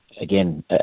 again